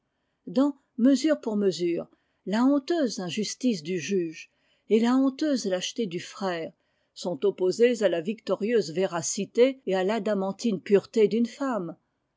dans mesure pour mesure la honteuse injustice du juge et la honteuse lâcheté du frère sont opposées à la victorieuse véracitéet à l'adamantine pureté d'unefemme